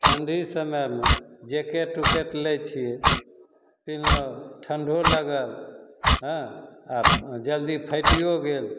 ठण्डी समयमे जैकेट उकेट लै छिए पिन्हलहुँ ठण्डो लगल हँ आओर ओ जल्दी फाटिओ गेल